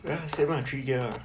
ya same lah three gear lah